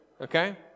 Okay